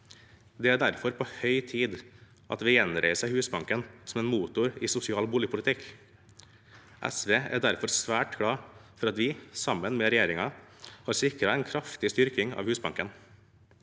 Det er derfor på høy tid at vi gjenreiser Husbanken som en motor i sosial boligpolitikk. SV er derfor svært glad for at vi sammen med regjeringen har sikret en kraftig styrking av Husbanken.